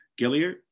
Gilliard